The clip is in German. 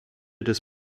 des